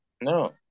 No